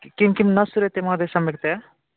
किं किं न श्रूयते महोदय सम्यक्तया